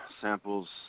samples